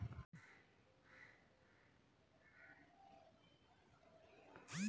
మనం తీసుకున్న loan EMI లను నెలా నెలా కంతులు రూపంలో కడతారు